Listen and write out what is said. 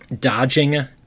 dodging